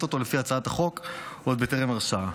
אותו לפי הצעת החוק עוד בטרם הרשעה.